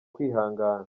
kwihangana